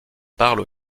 parle